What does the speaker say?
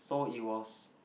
so it was